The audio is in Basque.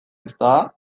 ezta